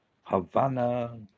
Havana